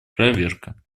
проверка